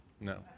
no